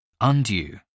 Undue